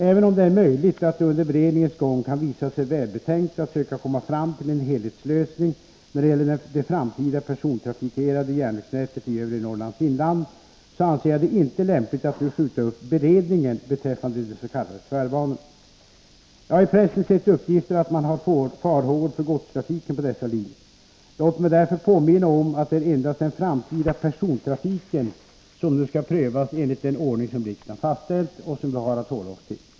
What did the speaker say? Även om det är möjligt att det under beredningens gång kan visa sig välbetänkt att söka komma fram till en helhetslösning när det gäller det framtida persontrafikerade järnvägsnätet i övre Norrlands inland, så anser jag det inte lämpligt att nu skjuta upp beredningen beträffande de s.k. tvärbanorna. Jag har i pressen sett uppgifter att man har farhågor för godstrafiken på dessa linjer. Låt mig därför påminna om att det är endast den framtida persontrafiken som nu skall prövas enligt den ordning som riksdagen fastställt och som vi har att hålla oss till.